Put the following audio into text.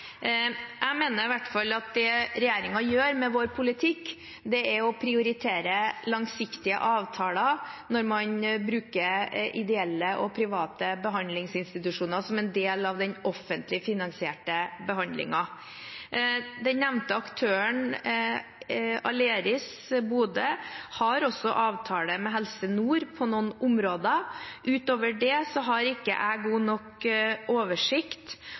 Jeg mener i hvert fall at det regjeringen gjør med vår politikk, er å prioritere langsiktige avtaler når man bruker ideelle og private behandlingsinstitusjoner som en del av den offentlig finansierte behandlingen. Den nevnte aktøren Aleris Bodø har også avtale med Helse Nord på noen områder. Utover det har jeg ikke god nok oversikt